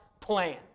plan